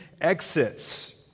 exits